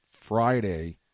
Friday